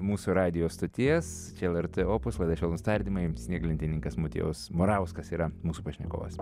mūsų radijo stoties lrt opus laida švelnūs tardymai snieglentininkas motiejus morauskas yra mūsų pašnekovas